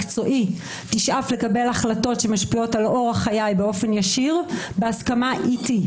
מקצועי תשאף לקבל החלטות שמשפיעות על אורח חיי באופן ישיר בהסכמה איתי.